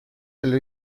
delle